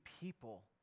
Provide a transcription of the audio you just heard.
people